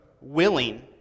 willing